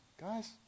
Guys